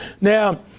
Now